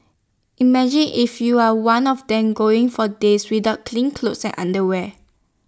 imagine if you are one of them going for days without clean clothes and underwear